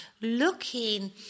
looking